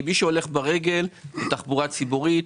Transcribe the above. כי מי שהולך ברגל זה תחבורה ציבורית,